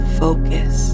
focus